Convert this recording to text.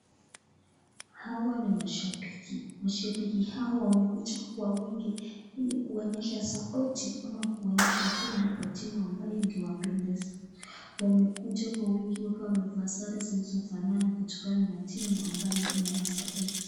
Hawa ni mashabiki. Mashabiki hawa wamekuja kwa wingi ili kuonyesha sapoti ama kuonyesha upendo kwa timu ambayo inawapendeza. Wamekuja kwa wingi wakiwa wamevalia sare zilizovalia kutokana na timu ambayo wanasapoti .